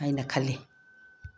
ꯍꯥꯏꯅ ꯈꯜꯂꯤ